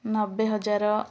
ନବେ ହଜାର